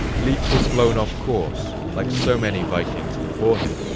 leif was blown off-course like so many vikings before him.